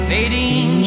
Fading